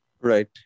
right